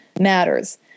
matters